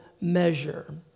measure